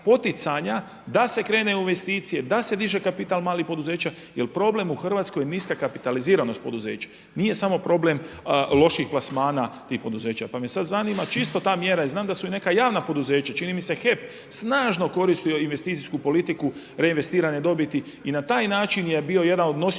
da se krene u investicije, da se diže kapital malih poduzeća jel problem u Hrvatskoj je niska kapitaliziranost poduzeća, nije samo problem loših plasmana tih poduzeća. Pa me sada zanima čisto ta mjera jer znam da su i neka javna poduzeća čini mi se HEP snažno koristio investicijsku politiku reinvestiranja dobiti i na taj način je bio jedan od nosioca